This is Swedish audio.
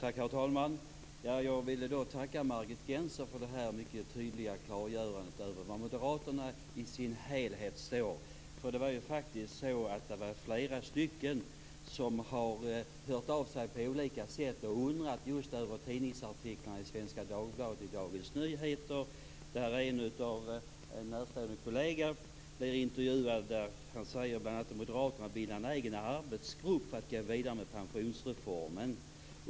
Herr talman! Jag vill tacka Margit Gennser för hennes mycket tydliga klargörande av var Moderaterna i dess helhet står. Det är ju flera som har hört av sig på olika sätt och undrat just över tidningsartiklarna i Svenska Dagbladet och i Dagens Nyheter. En närstående kollega till Margit Gennser blev intervjuad och sade bl.a.: "Moderaterna bildar en egen arbetsgrupp för att gå vidare med pensionsreformen.